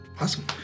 awesome